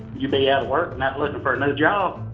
you being out of work not looking for another job.